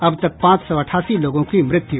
अब तक पांच सौ अठासी लोगों की मृत्यु